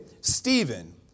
Stephen